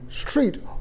street